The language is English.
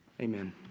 Amen